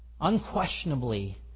Unquestionably